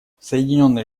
соединенные